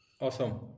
Awesome